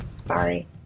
Sorry